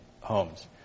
homes